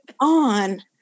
on